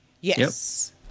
Yes